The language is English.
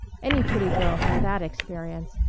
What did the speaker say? any pretty girl has that experience.